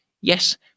Yes